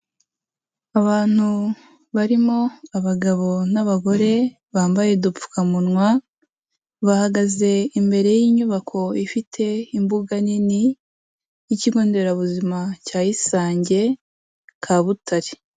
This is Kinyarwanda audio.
Abantu barimo abagabo n'abagore bambaye udupfukamunwa, bahagaze imbere y'inyubako ifite imbuga nini y'ikigo nderabuzima cya Isange Kabutare.